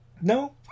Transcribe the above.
no